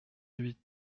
huit